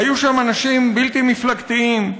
היו שם אנשים בלתי מפלגתיים,